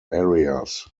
areas